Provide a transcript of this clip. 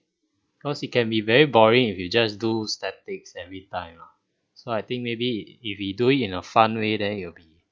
cause it can be very boring if you just do static everytime ah so I think maybe if you do it in a fun way the it'll be